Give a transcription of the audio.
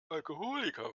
alkoholiker